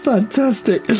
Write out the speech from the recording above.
Fantastic